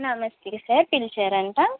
నమస్తే సార్ పిలిచారంట